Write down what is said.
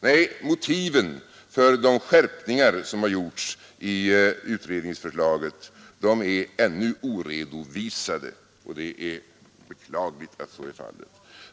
Nej, motiven för de skärpningar som har gjorts i utredningsförslaget är ännu oredovisade, och det är beklagligt att så är fallet.